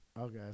Okay